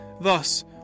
Thus